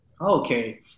Okay